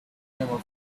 memo